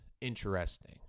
interesting